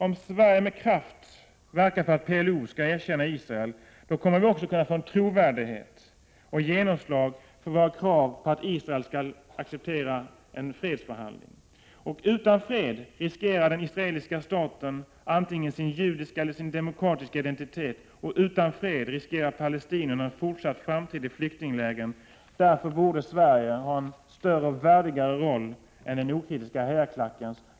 Om Sverige med kraft verkar för att PLO skall erkänna Israel, kommer vi också att med trovärdighet kunna få ett genomslag för våra krav på att Israel skall acceptera en fredsförhandling. Utan fred riskerar den israeliska staten antingen sin judiska eller sin demokratiska identitet. Utan fred riskerar palestinierna en fortsatt framtid i flyktinglägren. Därför borde Sverige ha en större och värdigare roll än den okritiska hejarklackens.